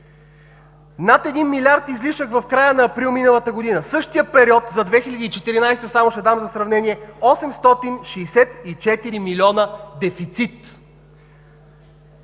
Над 1 милиард излишък в края на април миналата година. Същият период за 2014 г. – само ще дам за сравнение – 864 милиона дефицит!